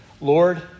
Lord